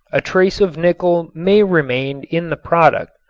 a trace of nickel may remain in the product,